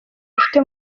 ufite